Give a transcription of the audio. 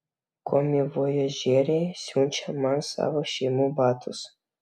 komivojažieriai siunčia man savo šeimų batus